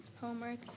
homework